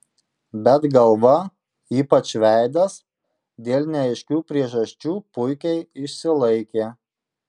bet galva ypač veidas dėl neaiškių priežasčių puikiai išsilaikė